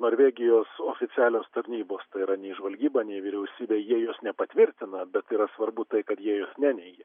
norvegijos oficialios tarnybos tai yra nei žvalgyba nei vyriausybė jie jos nepatvirtina bet yra svarbu tai kad jie jos neneigia